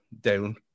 down